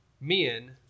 men